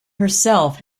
herself